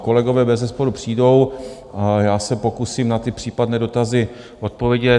Kolegové bezesporu přijdou a já se pokusím na případné dotazy odpovědět.